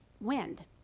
wind